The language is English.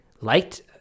liked